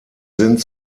sind